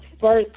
first